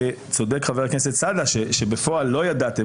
צודק חבר הכנסת סעדה שבפועל לא ידעתם.